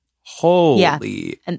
Holy